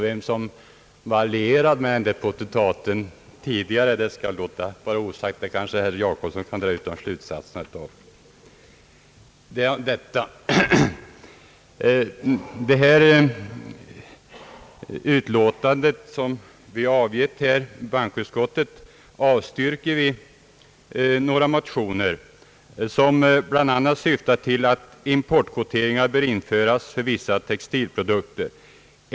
Vem som tidigare var allierad med den där potentaten skall jag låta vara osagt, men herr Jacobsson kanske kan dra slutsatserna själv. I detta bankoutskottets utlåtande avstyrks några motioner som bl.a. syftar till att importkvoteringar bör införas för vissa textilprodukter.